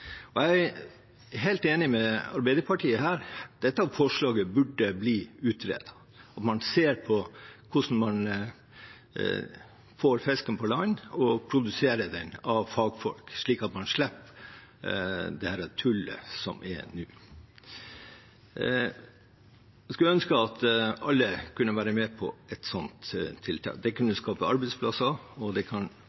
Jeg er her helt enig med Arbeiderpartiet i at dette forslaget burde bli utredet, at man ser på hvordan man får fisken på land, og at den blir håndtert av fagfolk, slik at man slipper dette tullet som er nå. Jeg skulle ønske at alle kunne være med på et sånt tiltak. Det kunne